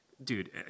Dude